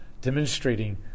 demonstrating